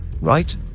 Right